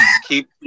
Keep